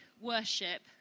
worship